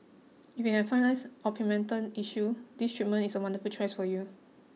if you have fine lines or pigment tent issue this treatment is a wonderful choice for you